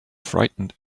frightened